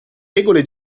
regole